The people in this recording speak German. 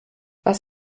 was